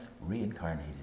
reincarnated